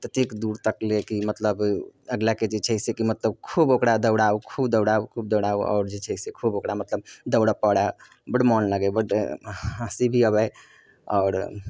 ततेक दूरतक लेके मतलब अगिलाके जे छै से कि मतलब खूब ओकरा दौड़ाउ खूब दौड़ाउ खूब दौड़ाउ आओर जे छै से खूब मतलब दौड़ऽ पड़ैया बड मन लगै बड्ड हंँ हँसी भी अबै आओर